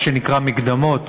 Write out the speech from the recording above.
מה שנקרא מקדמות,